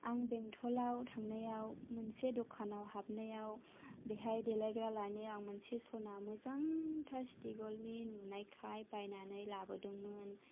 आं बेंथलाव थांनायाव मोनसे दखानाव हाबनायाव बेहाय देलायग्रा लानायाव आं मोनसे सना मोजांथार सिथिगलनि नुनायखाय बायनानै लाबोदोंमोन